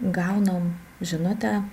gaunam žinutę